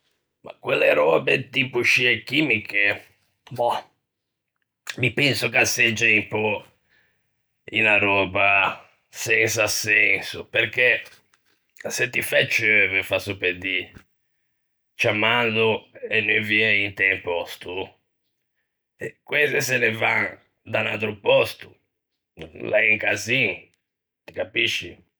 Quelle röbe tipo scie chimiche? Mah... mi penso che a segge un pö unna röba sensa senso, perché se ti fæ ceuve, fasso pe dî, ciammando e nuvie int'un pòsto, queste se ne van da un atro pòsto. L'é un casin. Ti capisci?